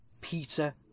Peter